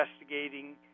investigating